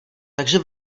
takže